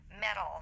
metal